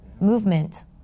Movement